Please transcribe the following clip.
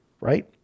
right